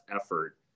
effort